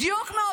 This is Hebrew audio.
תודה רבה.